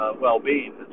well-being